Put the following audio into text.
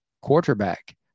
quarterback